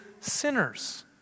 sinners